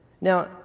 Now